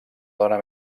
dona